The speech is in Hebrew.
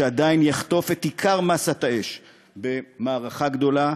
שעדיין יחטוף את עיקר מאסת האש במערכה גדולה,